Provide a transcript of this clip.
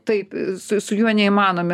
taip su su juo neįmanomi